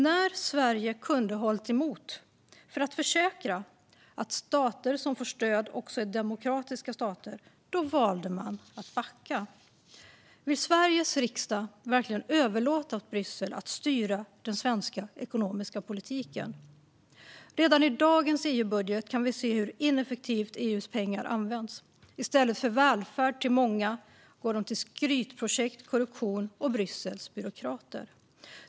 När Sverige kunde ha hållit emot för att vi skulle kunna få garantier för att stater som får stöd också är demokratiska stater valde man att backa. Vill Sveriges riksdag verkligen överlåta åt Bryssel att styra den svenska ekonomiska politiken? Redan i dagens EU-budget kan vi se hur ineffektivt EU:s pengar används. I stället för välfärd till många går de till skrytprojekt, korruption och Bryssels byråkrater.